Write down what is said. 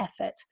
effort